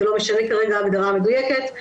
לא משנה כרגע ההגדרה המדויקת.